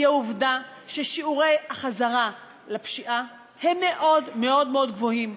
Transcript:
העובדה ששיעורי החזרה לפשיעה הם מאוד מאוד מאוד גבוהים.